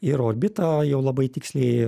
ir orbitą jau labai tiksliai